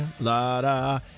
la-da